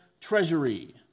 treasury